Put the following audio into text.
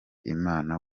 imana